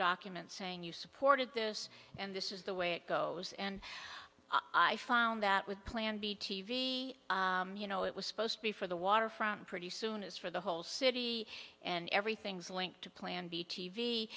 documents saying you supported this and this is the way it goes and i found that with plan b t v you know it was supposed to be for the waterfront pretty soon as for the whole city and everything's linked to plan b t v